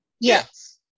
Yes